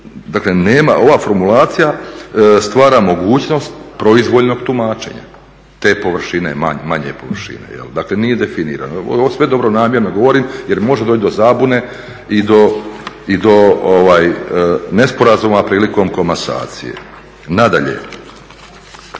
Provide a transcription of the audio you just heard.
Dakle ova formulacija stvara mogućnost proizvoljnog tumačenja te površine, manje površine. Dakle nije definirano. Ovo sve dobronamjerno govorim jer može doći do zabune i do nesporazuma prilikom komasacije. Nadalje,